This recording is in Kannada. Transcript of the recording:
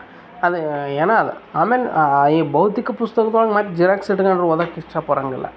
ಅದೂ ಏನು ಅದು ಆಮೇಲೆ ಈ ಭೌತಿಕ ಪುಸ್ತಕ್ದೊಳ್ಗೆ ಮತ್ತು ಜರೆಕ್ಸ್ ಇಟ್ಕೊಂಡ್ ಓದೋಕ್ ಇಷ್ಟಪಡೋಂಗಿಲ್ಲ